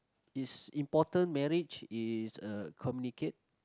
it's important marriage is a communicate